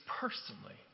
personally